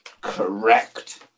Correct